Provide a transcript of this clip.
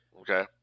Okay